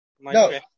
No